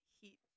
heat